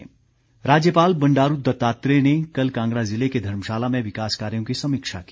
राज्यपाल राज्यपाल बंडारू दत्तात्रेय ने कल कांगड़ा जिले के धर्मशाला में विकास कार्यों की समीक्षा की